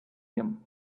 him